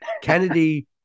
Kennedy